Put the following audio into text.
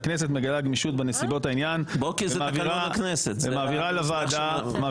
הכנסת מגלה גמישות בנסיבות העניין ומעבירה לוועדה.